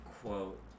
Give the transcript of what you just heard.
quote